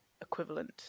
equivalent